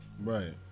Right